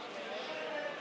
חברי